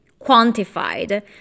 quantified